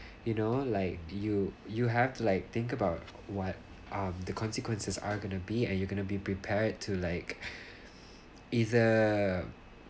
you know like you you have to like think about what are the consequences are gonna be and you're gonna be prepared to like either